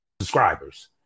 subscribers